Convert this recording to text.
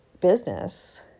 business